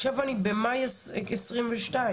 עכשיו אני במאי 22,